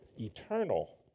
eternal